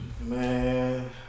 Man